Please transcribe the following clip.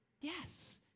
Yes